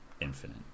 Infinite